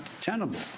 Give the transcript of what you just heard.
tenable